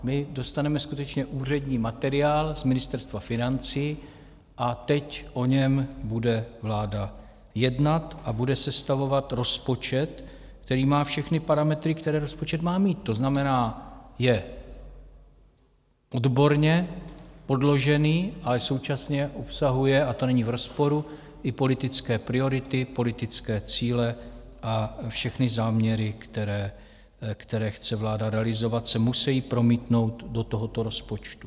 My dostaneme skutečně úřední materiál z Ministerstva financí a teď o něm bude vláda jednat a bude sestavovat rozpočet, který má všechny parametry, které rozpočet má mít, to znamená, je odborně podložený, ale současně obsahuje a to není v rozporu i politické priority, politické cíle a všechny záměry, které chce vláda realizovat, se musejí promítnout do tohoto rozpočtu.